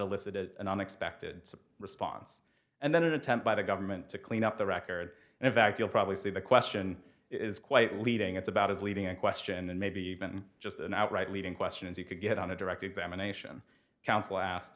elicited an unexpected response and then an attempt by the government to clean up the record and in fact you'll probably see the question is quite leading it's about as leading a question and maybe even just an outright leading question as you could get on the direct examination counsel asked